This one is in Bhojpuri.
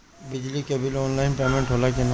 बिजली के बिल आनलाइन पेमेन्ट होला कि ना?